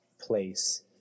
place